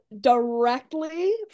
directly